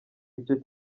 icyo